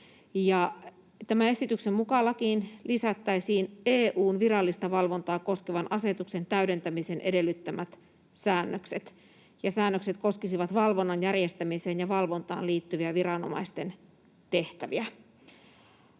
Tämän esityksen mukaan lakiin lisättäisiin EU:n virallista valvontaa koskevan asetuksen täydentämisen edellyttämät säännökset, ja säännökset koskisivat valvonnan järjestämiseen ja valvontaan liittyviä viranomaisten tehtäviä.